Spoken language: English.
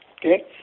okay